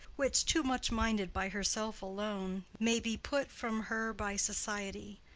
which, too much minded by herself alone, may be put from her by society.